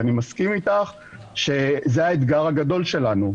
אני מסכים איתך שזה האתגר הגדול שלנו.